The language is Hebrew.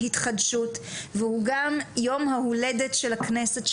התחדשות והוא גם יום ההולדת של הכנסת,